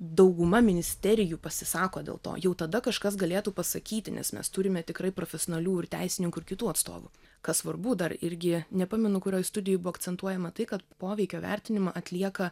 dauguma ministerijų pasisako dėl to jau tada kažkas galėtų pasakyti nes mes turime tikrai profesionalių ir teisininkų ir kitų atstovų kas svarbu dar irgi nepamenu kurioj studijoj buvo akcentuojama tai kad poveikio vertinimą atlieka